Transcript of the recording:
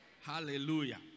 Hallelujah